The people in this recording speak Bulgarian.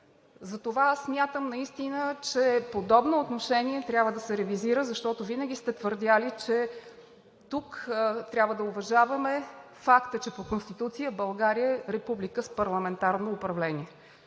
Затова аз смятам, че подобно отношение трябва да се ревизира, защото винаги сте твърдели, че тук трябва да уважаваме факта, че по Конституция България е република с парламентарно управление.